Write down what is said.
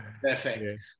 perfect